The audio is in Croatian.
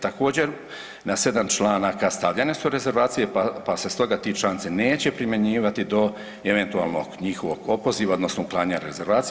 Također na 7 članaka stavljene su rezervacije, pa se stoga ti članci neće primjenjivati do eventualnog njihovog opoziva, odnosno uklanjanja rezervacija.